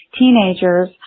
teenagers